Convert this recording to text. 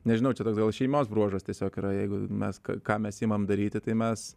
nežinau čia toks gal šeimos bruožas tiesiog yra jeigu mes ką mes imam daryti tai mes